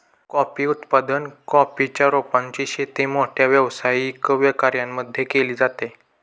coffee उत्पादन, coffee च्या रोपांची शेती मोठ्या व्यावसायिक कर्यांमध्ये केली जाते